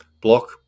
block